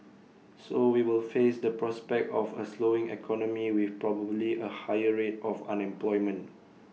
so we will face the prospect of A slowing economy with probably A higher rate of unemployment